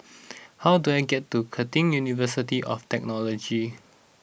how do I get to Curtin University of Technology